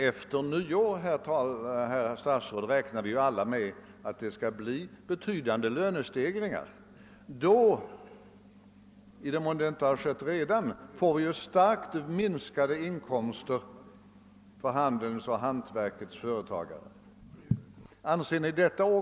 Efter nyår, herr statsråd, räknar vi alla med att det skall bli betydande lönestegringar. Då — i den mån det inte redan har skett — får handelns och hantverkets företagare starkt ökade kostnader.